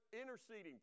interceding